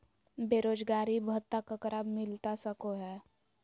बेरोजगारी भत्ता ककरा मिलता सको है?